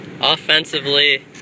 Offensively